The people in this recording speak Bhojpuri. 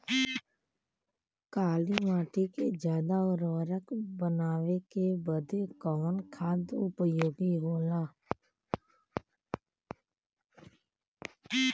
काली माटी के ज्यादा उर्वरक बनावे के बदे कवन खाद उपयोगी होला?